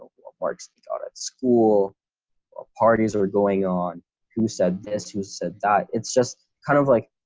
works out at school ah parties are going on who said this? who said that? it's just kind of like,